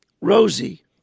Rosie